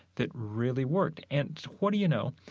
that really worked. and what do you know?